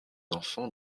enfants